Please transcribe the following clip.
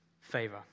favor